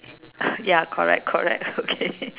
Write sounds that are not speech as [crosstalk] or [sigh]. ya correct correct okay [laughs]